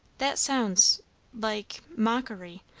that sounds like mockery,